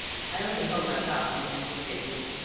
i only hope i've got something that'll fit you,